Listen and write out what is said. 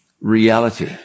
Reality